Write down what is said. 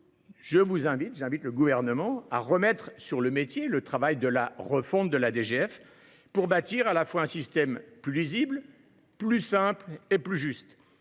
temps ! J’invite le Gouvernement à remettre sur le métier le travail de refonte de la DGF, pour bâtir un système plus lisible, plus simple et plus juste.